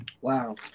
Wow